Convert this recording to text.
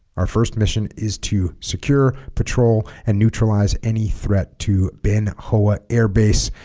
our first mission is to secure patrol and neutralize any threat to bin hoa air base